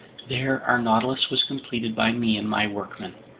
there our nautilus was completed by me and my workmen,